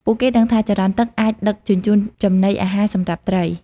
ពួកគេដឹងថា ចរន្តទឹកអាចដឹកជញ្ជូនចំណីអាហារសម្រាប់ត្រី។